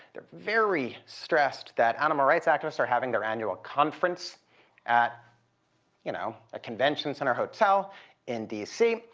they're very stressed that animal rights activists are having their annual conference at you know a convention center hotel in dc.